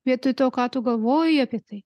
vietoj to ką tu galvoji apie tai